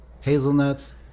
hazelnuts